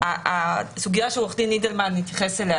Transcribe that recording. הסוגיה שעו"ד אידלמן התייחס אליה,